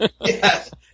Yes